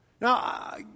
Now